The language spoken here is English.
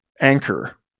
anchor